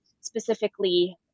specifically